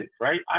right